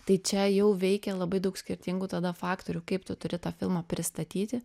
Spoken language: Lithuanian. tai čia jau veikė labai daug skirtingų tada faktorių kaip tu turi tą filmą pristatyti